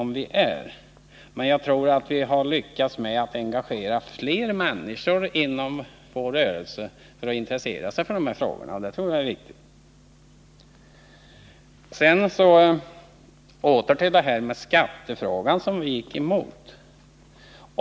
Men vi har lyckats att engagera fler människor inom vår rörelse i de här frågorna, och det tror jag är viktigt. Sedan till skattefrågan där vi gick emot regeringsförslaget.